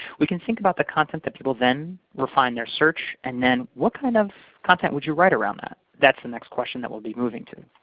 we can think about the content that people then refine their search and then, what kind of content would you write around that? that's the next question that we'll be moving to.